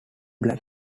black